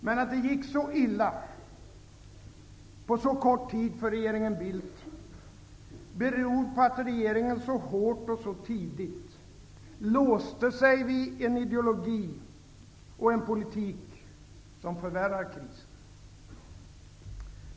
Men att det gick så illa på så kort tid för regeringen Bildt beror på att regeringen så hårt och så tidigt låste sig vid en ideologi och en politik som förvärrat krisen.